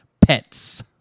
Pets